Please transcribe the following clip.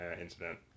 incident